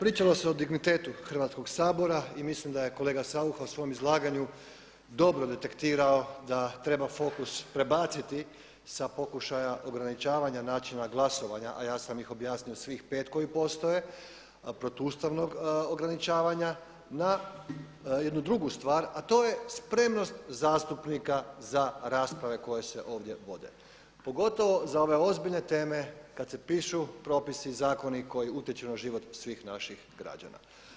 Pričalo se o dignitetu Hrvatskog sabora i mislim da je kolega Saucha u svom izlaganju dobro detektirao da treba fokus prebaciti sa pokušaja ograničavanja načina glasovanja, a ja sam ih objasnio svih pet koji postoje, protuustavnog ograničavanja na jednu drugu stvar, a to je spremnost zastupnika za rasprave koje se ovdje vode pogotovo za ove ozbiljne teme kad se pišu propisi i zakoni koji utječu na život svih naših građana.